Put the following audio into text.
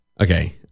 Okay